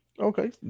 Okay